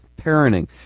parenting